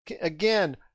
Again